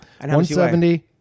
170